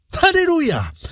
Hallelujah